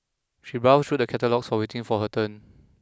she browsed through the catalogues while waiting for her turn